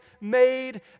made